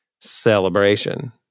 Celebration